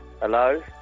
Hello